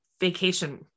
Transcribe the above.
vacation